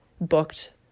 booked